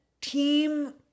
team